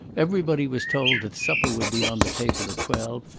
everybody was told that supper would be on the table at twelve,